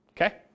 Okay